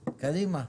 קדימה.